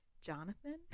Jonathan